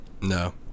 No